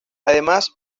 además